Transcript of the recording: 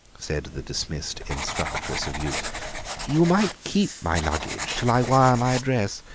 said the dismissed instructress of youth you might keep my luggage till i wire my address.